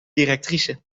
directrice